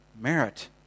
merit